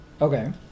Okay